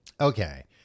Okay